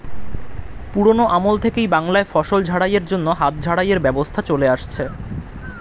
পুরোনো আমল থেকেই বাংলায় ফসল ঝাড়াই এর জন্য হাত ঝাড়াই এর ব্যবস্থা চলে আসছে